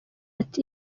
ati